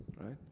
right